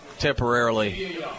Temporarily